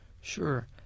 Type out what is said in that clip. Sure